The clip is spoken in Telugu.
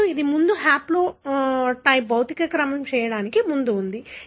ఇప్పుడు ఇది ముందు హాప్లోటైప్ భౌతిక క్రమం చేయడానికి ముందు ఉంది